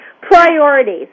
Priorities